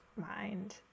mind